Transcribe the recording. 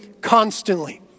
constantly